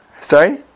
Sorry